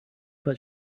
but